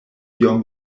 iom